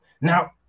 Now